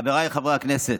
חבריי חברי הכנסת,